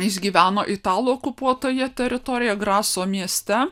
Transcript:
jis gyveno italų okupuotoje teritorijoje graso mieste